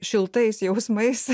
šiltais jausmais